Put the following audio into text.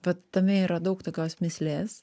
vat tame yra daug tokios mįslės